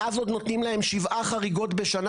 ואז עוד נותנים להם שבעה חריגות בשנה,